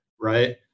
right